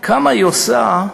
כמה היא עושה,